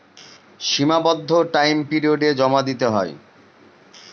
সীমাবদ্ধ টাইম পিরিয়ডে জমা দিতে হয়